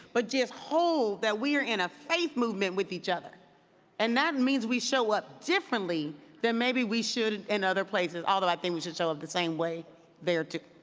but just hold that we are in a faith movement with each other and that means we show up differently than maybe we should in other places, although i think we should show up the same way there, too.